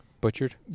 Butchered